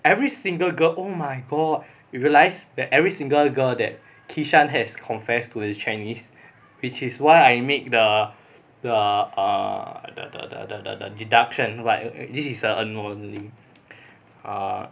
every single girl oh my god you realized that every single girl that kishan has confessed to is chinese which is why I make the the the uh the the the the the this is a anomaly